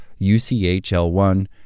UCHL1